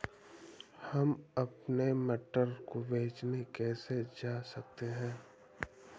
हम अपने मटर को बेचने कैसे जा सकते हैं?